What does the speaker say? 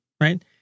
right